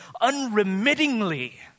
unremittingly